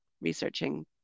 researching